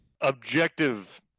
objective